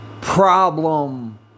Problem